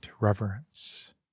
reverence